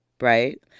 Right